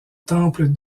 temple